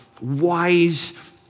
wise